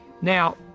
Now